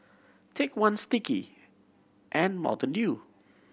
Take One Sticky and Mountain Dew